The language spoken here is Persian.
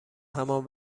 همان